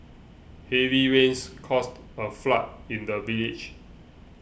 heavy rains caused a flood in the village